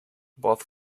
both